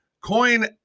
Coin